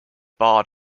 bard